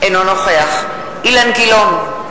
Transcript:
אינו נוכח אילן גילאון,